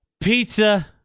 Pizza